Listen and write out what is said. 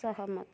सहमत